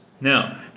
Now